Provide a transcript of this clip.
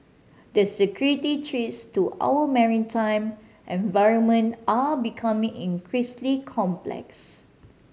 the security threats to our maritime environment are becoming increasingly complex